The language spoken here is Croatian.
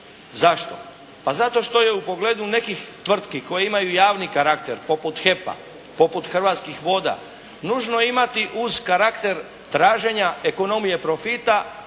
Zašto? Pa zato što je u pogledu nekih tvrtki koje imaju javni karakter poput HEP-a, poput Hrvatskih voda, nužno je imati uz karakter traženja ekonomije profita